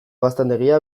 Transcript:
gaztandegia